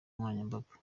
nkoranyambaga